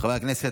חברי הכנסת,